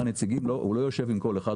הוא לא יושב עם כל אחד,